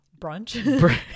Brunch